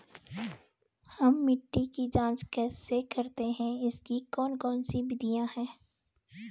हम मिट्टी की जांच कैसे करते हैं इसकी कौन कौन सी विधियाँ है?